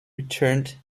returned